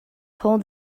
pull